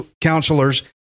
counselors